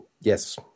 Yes